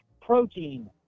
protein